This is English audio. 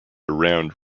around